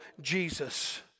Jesus